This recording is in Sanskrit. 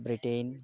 ब्रिटेन्